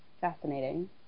Fascinating